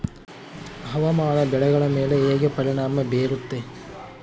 ಹವಾಮಾನ ಬೆಳೆಗಳ ಮೇಲೆ ಹೇಗೆ ಪರಿಣಾಮ ಬೇರುತ್ತೆ?